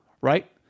right